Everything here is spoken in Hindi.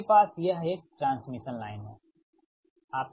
आपके पास यह एक ट्रांसमिशन लाइन है ठीक